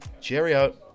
cheerio